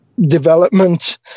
development